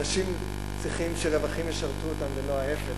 אנשים צריכים שרווחים ישרתו אותם ולא ההיפך,